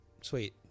Sweet